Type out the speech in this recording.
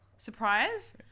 surprise